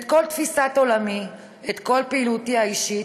את כל תפיסת עולמי, את כל פעילותי האישית,